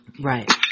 Right